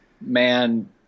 man